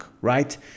Right